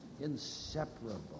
Inseparable